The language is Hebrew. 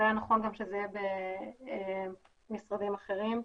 זה היה נכון שזה יהיה גם במשרדים אחרים.